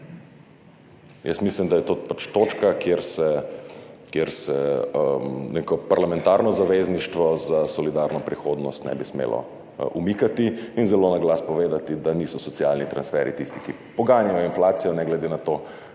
Jaz mislim, da je to točka, kjer se neko parlamentarno zavezništvo za solidarno prihodnost ne bi smelo umikati in zelo na glas povedati, da niso socialni transferji tisti, ki poganjajo inflacijo, ne glede na to,